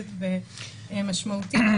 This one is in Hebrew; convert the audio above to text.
מאומצת ומשמעותית.